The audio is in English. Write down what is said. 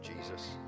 Jesus